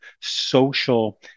social